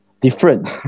different